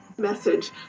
message